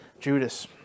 Judas